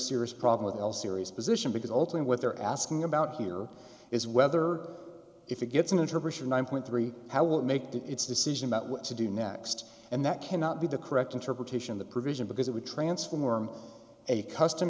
serious problem with all serious position because ultimately what they're asking about here is whether if it gets interpreted nine point three how will it make its decision about what to do next and that cannot be the correct interpretation of the provision because it would transfer more of a custom